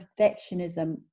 perfectionism